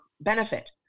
benefit